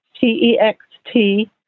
T-E-X-T